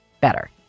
better